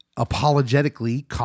apologetically